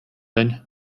день